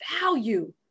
value